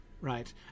right